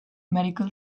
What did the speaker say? medical